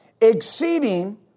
exceeding